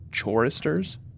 choristers